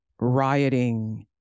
rioting